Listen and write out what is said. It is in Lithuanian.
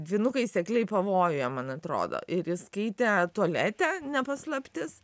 dvynukai sekliai pavojuje man atrodo ir jis skaitė tualete ne paslaptis